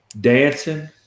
dancing